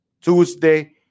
Tuesday